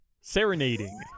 Serenading